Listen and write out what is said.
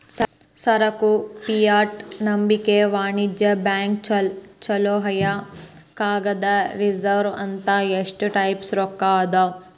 ಸರಕು ಫಿಯೆಟ್ ನಂಬಿಕೆಯ ವಾಣಿಜ್ಯ ಬ್ಯಾಂಕ್ ಲೋಹೇಯ ಕಾಗದದ ರಿಸರ್ವ್ ಅಂತ ಇಷ್ಟ ಟೈಪ್ಸ್ ರೊಕ್ಕಾ ಅದಾವ್